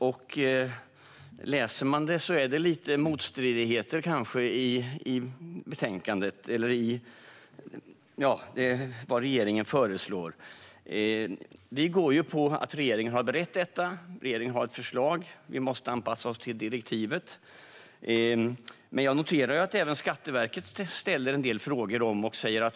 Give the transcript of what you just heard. Det finns kanske en del motstridigheter i betänkandet eller i vad regeringen föreslår. Vi går på att regeringen har berett detta och har ett förslag. Vi måste anpassa oss till direktivet. Jag noterar dock att även Skatteverket ställer en del frågor.